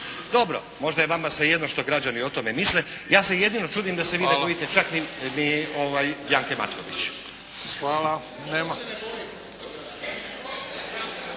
Dobro, možda je vama svejedno što građani o tome misle. Ja se jedino čudim da se vi ne bojite čak ni Janke Matković. **Bebić, Luka